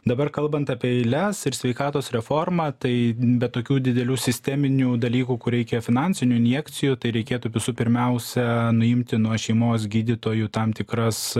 dabar kalbant apie eiles ir sveikatos reformą tai be tokių didelių sisteminių dalykų kur reikia finansinių injekcijų tai reikėtų visų pirmiausia nuimti nuo šeimos gydytojų tam tikras